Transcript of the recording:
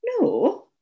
No